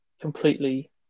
completely